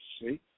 see